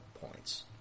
points